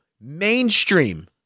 mainstream